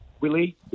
Willie